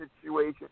situation